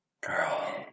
Girl